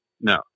no